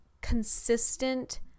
consistent